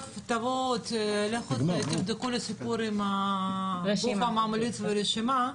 תלכו ותבדקו את הסיפור של הגוף הממליץ והרשימה.